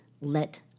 let